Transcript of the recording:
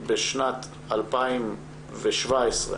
בשנת 2017,